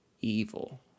evil